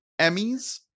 Emmys